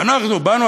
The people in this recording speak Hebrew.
ואנחנו באנו,